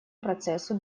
процессу